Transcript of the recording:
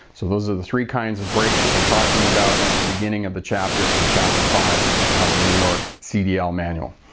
so those are the three kinds of brakes that they're talking about at the beginning of the chapter in chapter five of the new york cdl manual.